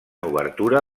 obertura